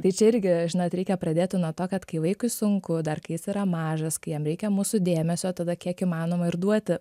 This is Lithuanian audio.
tai čia irgi žinot reikia pradėti nuo to kad kai vaikui sunku dar kai jis yra mažas kai jam reikia mūsų dėmesio tada kiek įmanoma ir duoti